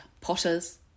potters